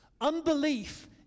Unbelief